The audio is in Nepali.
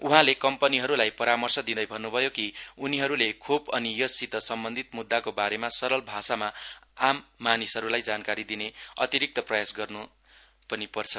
उहाँले कम्पनीहरूलाई पारमर्श दिँदै भन्नुभयो कि उनीहरूले खोप अनि यससित सम्बन्धित मुद्दाको बारेमा सरल भाषामा आम मानिसहरूलाई जानकारी दिने अतिरिक्त प्रयास पनि गर्न्पर्छ